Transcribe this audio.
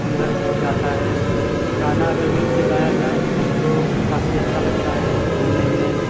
सुंदर गीत गाता है गाना अगर दिल से गाया जाए तो काफ़ी अच्छा लगता है सुनने में